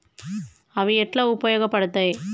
అవి ఎట్లా ఉపయోగ పడతాయి?